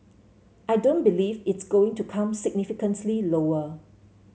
I don't believe it's going to come significantly lower